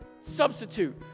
substitute